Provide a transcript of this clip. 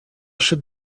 should